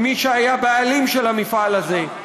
ממי שהיה הבעלים של המפעל הזה,